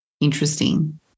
Interesting